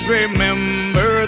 remember